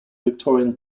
victorian